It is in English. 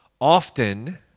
often